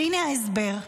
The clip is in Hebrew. והינה ההסבר: